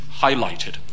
highlighted